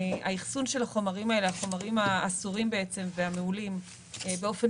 היישום של החומרים האסורים והמהולים באופן